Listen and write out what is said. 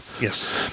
Yes